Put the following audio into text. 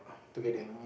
together